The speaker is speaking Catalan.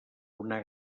una